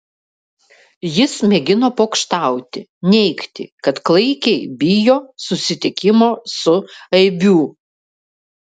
jis mėgino pokštauti neigti kad klaikiai bijo susitikimo su aibių